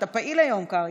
אתה פעיל היום, קרעי.